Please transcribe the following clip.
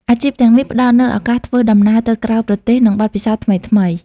អាជីពទាំងនេះផ្ដល់នូវឱកាសធ្វើដំណើរទៅក្រៅប្រទេសនិងបទពិសោធន៍ថ្មីៗ។